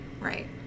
right